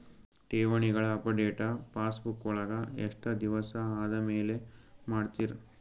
ಠೇವಣಿಗಳ update passbook ವಳಗ ಎಷ್ಟ ದಿವಸ ಆದಮೇಲೆ ಮಾಡ್ತಿರ್?